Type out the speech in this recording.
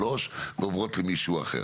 שלושה חודשים ועוברות למישהו אחר.